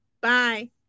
Bye